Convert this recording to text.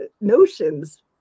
notions